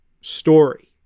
story